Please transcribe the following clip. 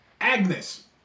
Agnes